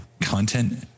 content